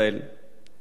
מי שעוקב